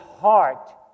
heart